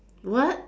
what